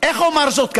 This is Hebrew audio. איך אומר זאת?